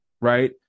right